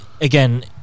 again